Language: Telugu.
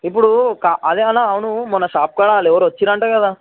ఇప్పుడు క అదే అన్న అవును మొన్న షాప్ కాడ వాళ్ళు ఎవరో వచ్చిర్రు అంట కదా